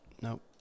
nope